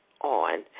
on